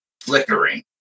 flickering